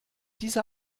dieser